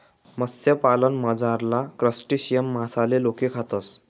मत्स्यपालनमझारला क्रस्टेशियन मासाले लोके खातस